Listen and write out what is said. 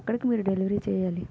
అక్కడికి మీరు డెలివరీ చేయాలి ఫుడ్